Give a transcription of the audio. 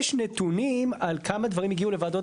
יש נתונים על כמה דברים הגיעו לוועדות